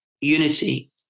unity